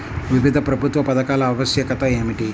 వివిధ ప్రభుత్వ పథకాల ఆవశ్యకత ఏమిటీ?